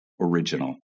original